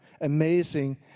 amazing